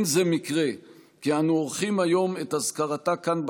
זה לא מקרה שאנו עורכים היום את אזכרתה כאן,